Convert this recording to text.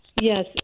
Yes